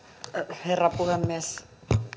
herra puhemies